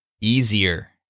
easier